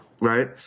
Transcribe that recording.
Right